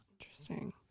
Interesting